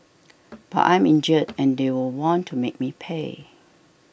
but I'm injured and they will want to make me pay